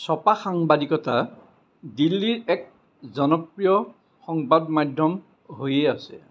ছপা সাংবাদিকতা দিল্লীৰ এক জনপ্ৰিয় সংবাদ মাধ্যম হৈয়েই আছে